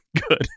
good